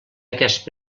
aquest